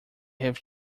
have